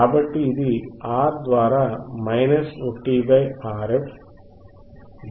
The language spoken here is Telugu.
కాబట్టి ఇది R ద్వారా minus 1 Rf V1 V2 V3